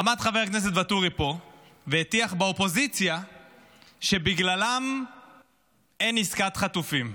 עמד פה חבר הכנסת ואטורי והטיח באופוזיציה שבגללם אין עסקת חטופים.